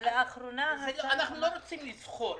אנחנו לא רוצים לבחור,